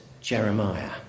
Jeremiah